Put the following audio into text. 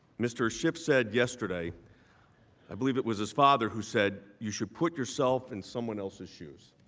mr. schiff said yesterday i believe it was his father who said you should put yourself in someone else's shoes.